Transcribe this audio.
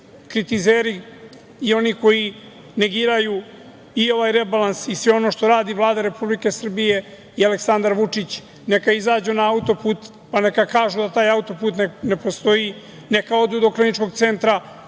i oni koji negiraju i ovaj rebalans i sve ono što radi Vlada Republike Srbije i Aleksandar Vučić neka izađu na auto-put, pa, neka kažu da taj auto-put ne postoji, neka odu do Kliničkog centra